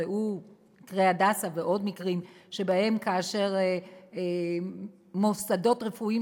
ראו מקרה "הדסה" ועוד מקרים שבהם כאשר מוסדות רפואיים